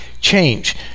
change